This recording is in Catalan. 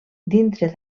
dintre